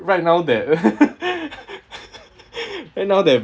right now that right now that